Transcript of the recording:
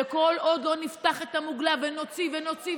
וכל עוד נפתח את המוגלה ונוציא ונוציא,